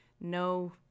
no